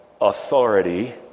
authority